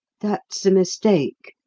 that's a mistake,